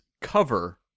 cover